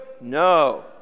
No